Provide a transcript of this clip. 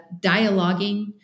dialoguing